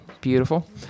Beautiful